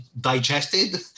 digested